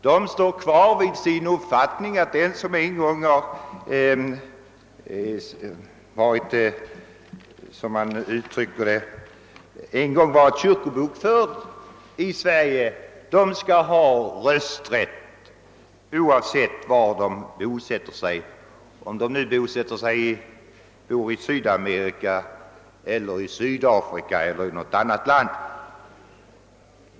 De står kvar vid sin uppfattning att den som en gång varit kyrkobokförd i Sverige skall ha rösträtt här oavsett var vederbörande bosätter sig, om det är i Sydamerika, i Sydafrika eller i något annat land.